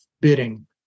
bidding